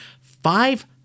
five